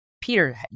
Peter